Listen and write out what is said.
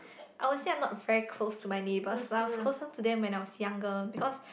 I would say I'm not very close to my neighbours like I was closer to them when I was younger because